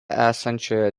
esančioje